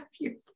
years